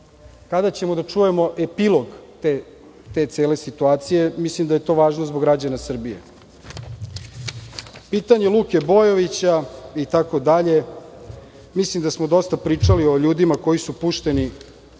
Kada ćemo da čujemo epilog te cele situacije? Mislim da je to važno zbog građana Srbije. Pitanje Luke Bojovića itd, mislim da smo dosta pričali o ljudima koji su pušteni